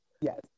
Yes